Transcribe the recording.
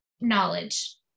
knowledge